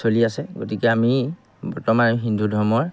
চলি আছে গতিকে আমি বৰ্তমান হিন্দু ধৰ্মৰ